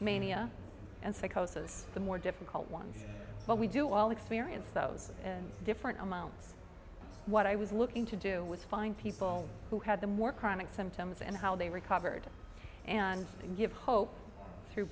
mania and psychosis the more difficult ones but we do all experience those with different amounts what i was looking to do was find people who had the more chronic symptoms and how they recovered and give hope through